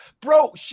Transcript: Bro